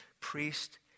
priest